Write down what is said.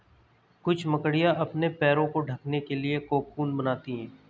कुछ मकड़ियाँ अपने पैरों को ढकने के लिए कोकून बनाती हैं